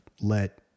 let